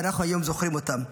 ואנחנו היום זוכרים אותם.